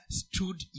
stood